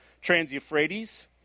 Trans-Euphrates